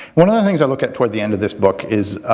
one of the things i look at toward the end of this book is